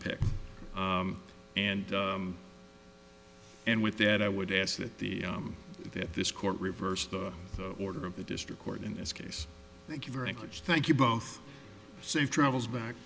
picked and and with that i would ask that the that this court reversed the order of the district court in this case thank you very much thank you both safe travels back